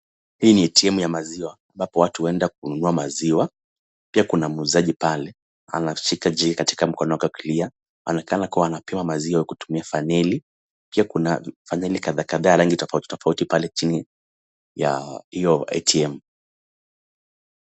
Hii ni ATMya maziwa ambapo watu huenda kununua maziwa. Pia kuna muuzaji pale, anashika jegi katika mkono wako wa kulia. Anaonekana kuwa anapima maziwa kutumia faneli ,kuna faneli kadhaa kadhaa pale chini ya hio ATM.